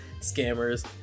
scammers